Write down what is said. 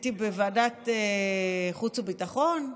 הייתי בוועדת חוץ וביטחון.